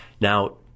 Now